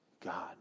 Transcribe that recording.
God